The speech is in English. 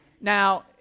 Now